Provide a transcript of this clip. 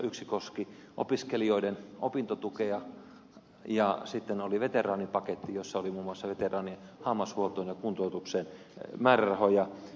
yksi koski opiskelijoiden opintotukea ja sitten oli veteraanipaketti jossa oli muun muassa veteraanien hammashuoltoon ja kuntoutukseen määrärahoja